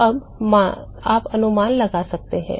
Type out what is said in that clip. अब आप अनुमान लगा सकते हैं